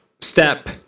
step